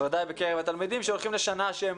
בוודאי בקרב התלמידים שהולכים לשנה שהם